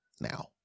now